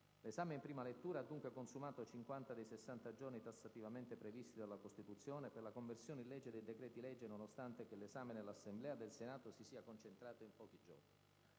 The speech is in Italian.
L'esame in prima lettura ha dunque consumato 50 dei 60 giorni tassativamente previsti dalla Costituzione per la conversione in legge dei decreti‑legge nonostante che l'esame nell'Assemblea del Senato si sia concentrato in pochi giorni.